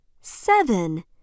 Seven